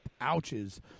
ouches